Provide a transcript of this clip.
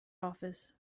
office